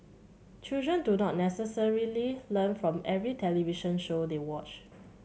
children do not necessarily learn from every television show they watch